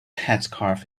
headscarf